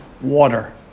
water